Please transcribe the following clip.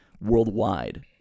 worldwide